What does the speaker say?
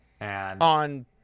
On